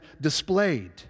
displayed